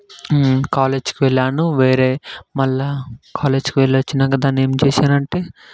కాలేజ్కి వెళ్ళాను వేరే మళ్ళీ కాలేజ్కి వెళ్ళి వచ్చాక దాన్నేం చేశానంటే